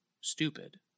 stupid